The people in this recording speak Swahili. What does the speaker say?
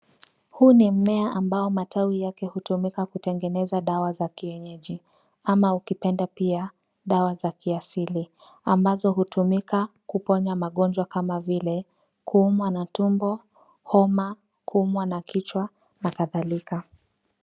Huu ni mmea ambao matawi yake hutumika kutengeneza dawa za kienyeji ama ukipenda pia dawa za kiasili ambazo hutumika kuponya magonjwa kama vile kuumwa na tumbo, homa, kuumwa na kichwa na kadhalika.